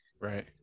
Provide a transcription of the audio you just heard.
right